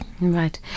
right